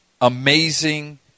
amazing